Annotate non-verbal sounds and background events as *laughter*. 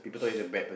*noise*